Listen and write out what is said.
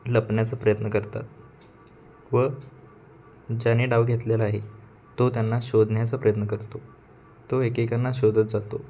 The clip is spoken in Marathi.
लपण्याचा प्रयत्न करतात व ज्याने डाव घेतलेला आहे तो त्यांना शोधण्याचा प्रयत्न करतो तो एकेकांना शोधत जातो